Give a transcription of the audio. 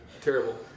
terrible